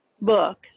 book